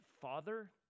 Father